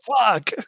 Fuck